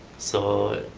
so,